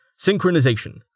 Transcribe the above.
Synchronization